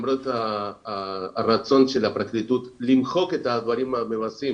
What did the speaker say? למרות הרצון של הפרקליטות למחוק את הדברים המבזים